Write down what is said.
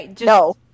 No